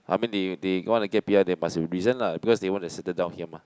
I mean they they want to get P_R there must a reason lah because they want to settle down here mah